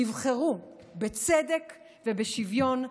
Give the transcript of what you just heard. ויבחרו בצדק ובשוויון,